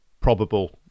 probable